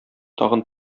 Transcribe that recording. тагын